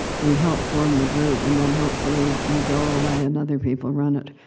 you help form the group, and then hopefully, you go away, and other people run it.